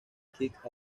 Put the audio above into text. kick